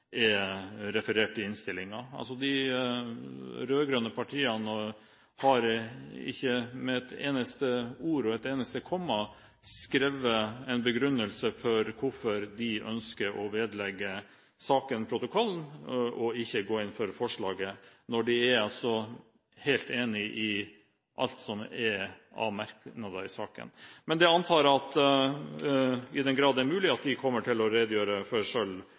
referert i innstillingen. De rød-grønne partiene har ikke med et eneste ord og et eneste komma skrevet en begrunnelse for hvorfor de ønsker å vedlegge saken protokollen og ikke gå inn for forslaget, når de er helt enig i alt som er av merknader i saken. Men det antar jeg at de, i den grad det er mulig, kommer til å redegjøre for